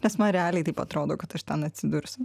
nes man realiai taip atrodo kad aš ten atsidursiu